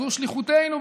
זאת שליחותנו,